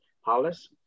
Hollis